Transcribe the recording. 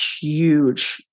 huge